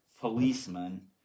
policeman